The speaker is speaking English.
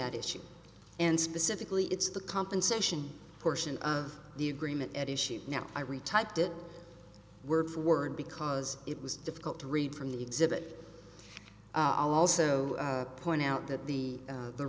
at issue and specifically it's the compensation portion of the agreement at issue now i retyped it word for word because it was difficult to read from the exhibit i also point out that the